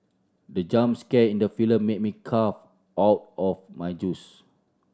the jump scare in the film made me cough out of my juice